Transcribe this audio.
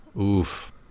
oof